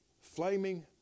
flaming